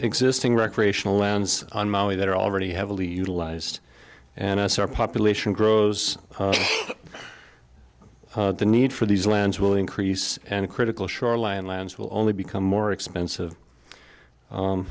existing recreational lands on maui that are already heavily utilized and as our population grows the need for these lands will increase and critical shoreline lands will only become more expensive